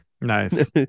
Nice